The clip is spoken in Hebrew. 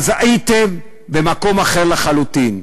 הייתם במקום אחר לחלוטין.